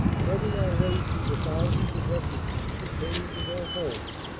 threading our way through the thousands of refugees returning to their homes,